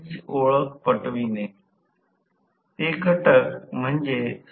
तर ω S T PG म्हणून T PGω S